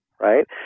right